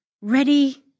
ready